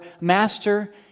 master